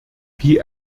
wie